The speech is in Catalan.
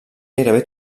gairebé